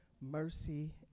mercy